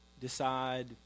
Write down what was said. decide